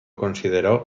consideró